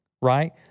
right